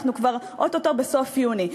אנחנו כבר או-טו-טו בסוף יוני.